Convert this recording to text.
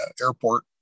airport